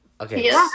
Okay